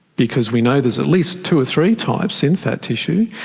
because we know there's at least two or three types in fat tissue,